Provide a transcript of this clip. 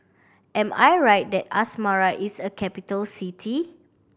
am I right that Asmara is a capital city